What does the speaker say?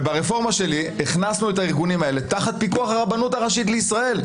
ברפורמה שלי הכנסנו את הארגונים האלה תחת פיקוח הרבנות הראשית לישראל.